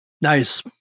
Nice